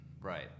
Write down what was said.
Right